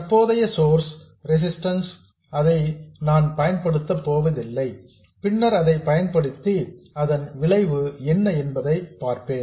தற்போதைக்கு source resistance R களை நான் பயன்படுத்தப் போவதில்லை பின்னர் அதை பயன்படுத்தி அதன் விளைவு என்ன என்பதை பார்ப்பேன்